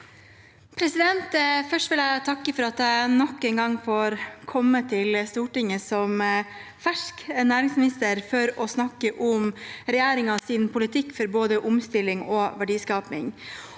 Først vil jeg takke for at jeg nok en gang får komme til Stortinget som fersk næringsminister for å snakke om regjeringens politikk for både omstilling og verdiskaping.